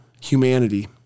humanity